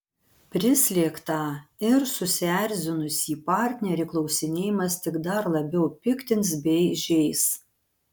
prislėgtą ir susierzinusį partnerį klausinėjimas tik dar labiau piktins bei žeis